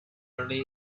early